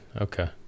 okay